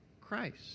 Christ